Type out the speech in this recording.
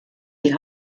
die